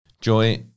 Joy